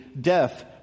death